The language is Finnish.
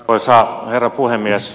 arvoisa herra puhemies